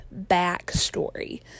backstory